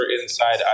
inside